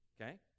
okay